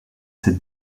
cette